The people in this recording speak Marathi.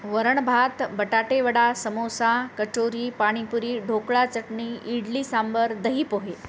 वरण भात बटाटेवडा समोसा कचोरी पाणीपुरी ढोकळा चटणी इडली सांबर दही पोहे